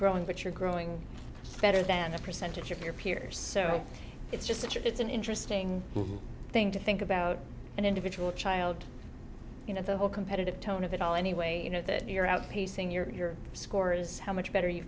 growing but you're growing better than the percentage of your peers so it's just such a it's an interesting thing to think about an individual child you know the whole competitive tone of it all anyway you know that you're outpacing your score is how much better you